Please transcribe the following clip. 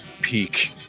peak